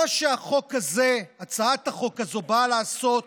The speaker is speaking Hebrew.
מה שהצעת החוק הזאת באה לעשות